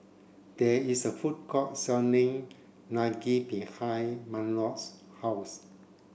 there is a food court selling Unagi behind Mahlon's house